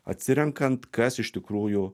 atsirenkant kas iš tikrųjų